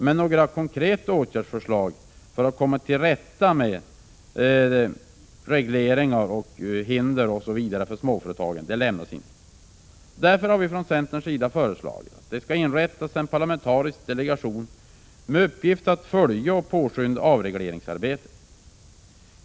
Men några konkreta åtgärdsförslag för att komma till rätta med regleringar, hinder m.m. för småföretagen lämnas inte. Därför föreslår centern att det inrättas en parlamentarisk delegation med uppgift att följa och påskynda avregleringsarbetet.